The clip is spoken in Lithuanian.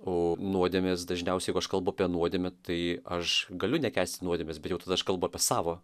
o nuodėmės dažniausiai jeigu š kalbu apie nuodėmę tai aš galiu nekęsti nuodėmės bet jau tada aš kalbu apie savo